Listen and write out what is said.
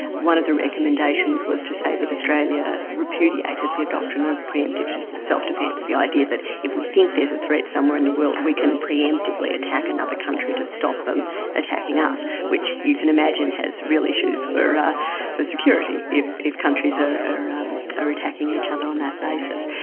one of the recommendations was to say that australia repudiated the adoption of pre-emptive self-defence, the idea that if we think there's a threat somewhere in the world we can pre-emptively attack another country to stop them attacking us which you can imagine has real issues for for security, if if countries are are um attacking each other on that basis.